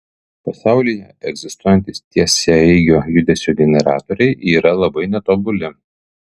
pasaulyje egzistuojantys tiesiaeigio judesio generatoriai yra labai netobuli